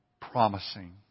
promising